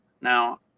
Now